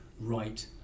right